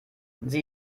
sie